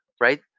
right